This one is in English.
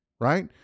right